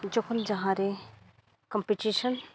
ᱡᱚᱠᱷᱚᱱ ᱡᱟᱦᱟᱸ ᱨᱮ ᱠᱚᱢᱯᱤᱴᱤᱥᱮᱱ